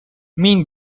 mean